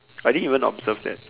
I didn't even observe that